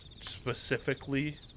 specifically